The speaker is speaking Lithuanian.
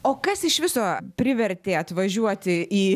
o kas iš viso privertė atvažiuoti į